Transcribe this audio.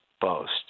boast